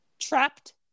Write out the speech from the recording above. trapped